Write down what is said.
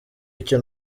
icyo